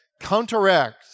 counteract